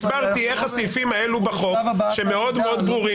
הסברתי איך הסעיפים האלה בחוק שהם מאוד מאוד ברורים,